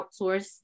outsource